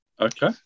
Okay